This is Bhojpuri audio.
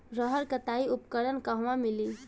रहर कटाई उपकरण कहवा मिली?